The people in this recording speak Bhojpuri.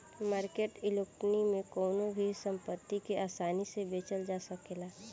मार्केट इक्विटी में कवनो भी संपत्ति के आसानी से बेचल जा सकेला